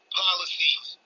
policies